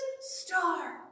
star